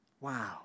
Wow